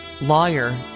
lawyer